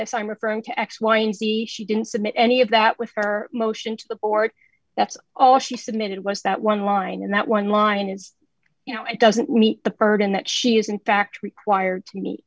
this i'm referring to x y and z she didn't submit any of that with her motion to the board that's all she submitted was that one line and that one line is you know it doesn't meet the burden that she is in fact required to me